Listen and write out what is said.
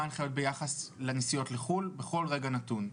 ההנחיות ביחס לנסיעות לחו"ל בכל רגע נתון.